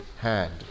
hand